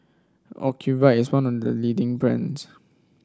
Ocuvite is one the the leading brands